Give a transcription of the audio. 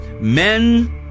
Men